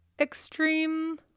extreme